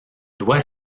doit